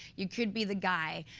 you could be the guy,